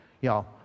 Y'all